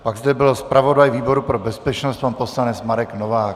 Pak zde byl zpravodaj výboru pro bezpečnost pan poslanec Marek Novák.